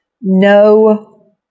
no